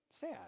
sad